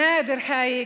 נאדר חאיק,